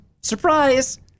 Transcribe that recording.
Surprise